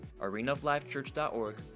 arenaoflifechurch.org